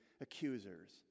accusers